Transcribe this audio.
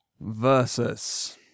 Versus